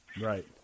Right